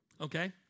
Okay